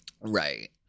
Right